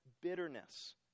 bitterness